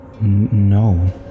No